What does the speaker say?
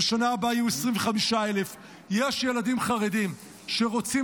ובשנה הבאה יהיו 25,000. יש ילדים חרדים שרוצים